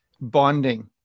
bonding